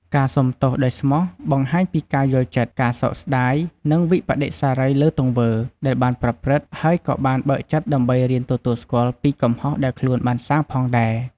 ការសូមទោសដោយស្មោះ បង្ហាញពីការយល់ចិត្ត ការសោកស្តាយ និងវិប្បដិសារីលើទង្វើ ដែលបានប្រព្រឹត្ត ហើយក៏បានបើកចិត្តដើម្បីរៀនទទួលស្គាល់ពីកំហុសដែលខ្លួនបានសាងផងដែរ។